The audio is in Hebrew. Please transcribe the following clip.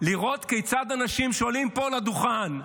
לראות כיצד אנשים שעולים פה על הדוכן,